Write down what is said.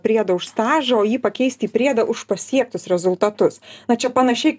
priedo už stažą o jį pakeisti į priedą už pasiektus rezultatus na čia panašiai